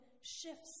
shifts